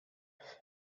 and